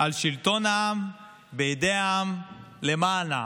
על "שלטון העם בידי העם למען העם"